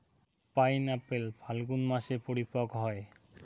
pineapple Phalgun মাসে পরিপক্ব হয়